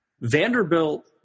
Vanderbilt